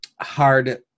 hard